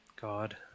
God